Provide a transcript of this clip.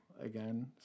again